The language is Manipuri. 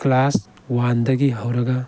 ꯀ꯭ꯂꯥꯁ ꯋꯥꯟꯗꯒꯤ ꯍꯧꯔꯒ